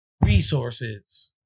Resources